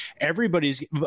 Everybody's